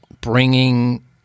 bringing